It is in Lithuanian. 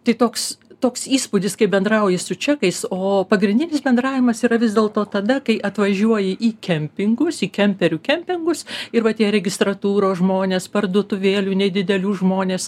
tai toks toks įspūdis kai bendrauji su čekais o pagrindinis bendravimas yra vis dėlto tada kai atvažiuoji į kempingus į kemperių kempingus ir va tie registratūros žmonės parduotuvėlių nedidelių žmonės